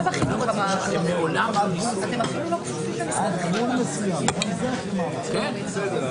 אתם מפנים לסעיפים קטנים בפקודת הסמים.